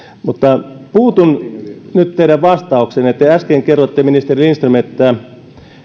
mutta puutun nyt teidän vastaukseenne te ministeri lindström äsken kerroitte että